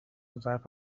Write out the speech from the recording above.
ظرف